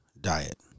diet